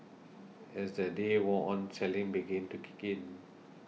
as the day wore on selling began to kick in